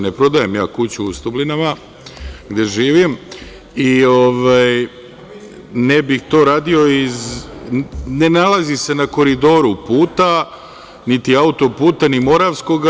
Ne prodajem ja kuću u Stublinama gde živim i ne bih to radio, ne nalazi se na Koridoru puta, niti auto-puta, ni Moravskog.